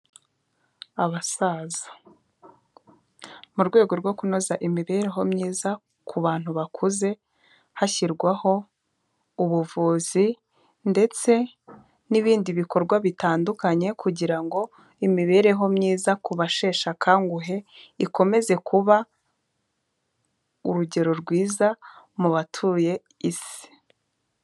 Abasaza, mu rwego rwo kunoza imibereho myiza ku bantu bakuze, hashyirwaho ubuvuzi ndetse n'ibindi bikorwa bitandukanye, kugira ngo imibereho myiza ku basheshekanguhe, ikomeze kuba urugero rwiza mu batuye isi.